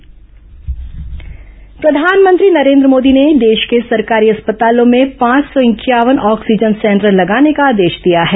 oxygen संयंत्र प्रधानमंत्री नरेंद्र मोदी ने देश के सरकारी अस्पतालों में पांच सौ इंक्यावन ऑक्सीजन संयंत्र लगाने का आदेश दिया है